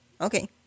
Okay